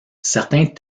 certains